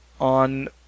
on